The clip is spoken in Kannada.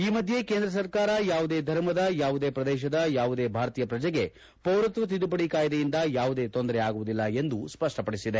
ಈ ಮಧ್ಯೆ ಕೇಂದ್ರ ಸರ್ಕಾರ ಯಾವುದೇ ಧರ್ಮದ ಯಾವುದೇ ಪ್ರದೇಶದ ಯಾವುದೇ ಭಾರತೀಯ ಪ್ರಜೆಗೆ ಪೌರತ್ವ ತಿದ್ದುಪಡಿ ಕಾಯಿದೆಯಿಂದ ಯಾವುದೇ ತೊಂದರೆ ಆಗುವುದಿಲ್ಲ ಎಂದು ಸ್ವಷ್ಷಪಡಿಸಿದೆ